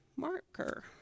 marker